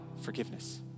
forgiveness